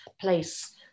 place